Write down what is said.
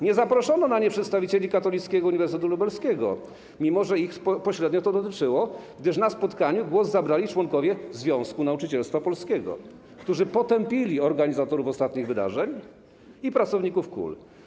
Nie zaproszono na nie przedstawicieli Katolickiego Uniwersytetu Lubelskiego, mimo że ich pośrednio to dotyczyło, gdyż na spotkaniu głos zabrali członkowie Związku Nauczycielstwa Polskiego, którzy potępili organizatorów ostatnich wydarzeń i pracowników KUL.